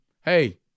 hey